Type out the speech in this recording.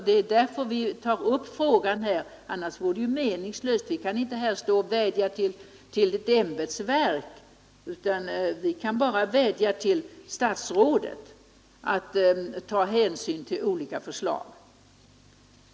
Det är ju därför vi tar upp frågan här. Annars vore det meningslöst, vi kan inte stå och vädja till ett ämbetsverk. Vi kan bara vädja till statsrådet att ta hänsyn till olika förslag.